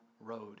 road